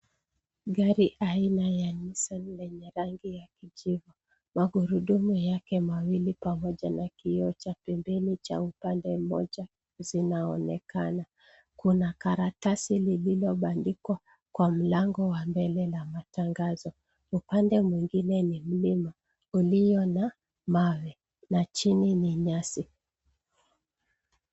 Gari aina ya Nissan lenye rangi ya kijivu. Magurudumu yake mawili pamoja na kioo cha pembeni cha upande moja zinaonekana. Kuna karatasi lililobandikwa kwa mlango wa mbele la matangazo. Upande mwengine ni mlima ulio na mawe na chini ni nyasi.